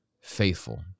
faithful